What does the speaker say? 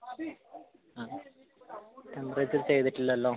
ആ ടെംപറേച്ചർ ചെയ്തിട്ടില്ലല്ലൊ